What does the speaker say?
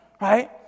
Right